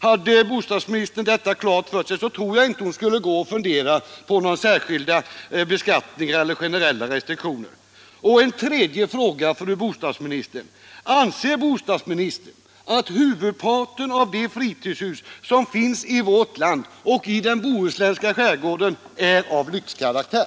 Hade bostadsministern detta klart för sig tror jag inte att hon skulle gå och fundera på särskild beskattning eller generella restriktioner. En tredje fråga: Anser fru bostadsministern att huvudparten av de fritidshus som finns i vårt land och i den bohuslänska skärgården är av lyxkaraktär?